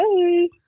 Hey